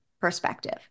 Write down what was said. perspective